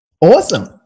Awesome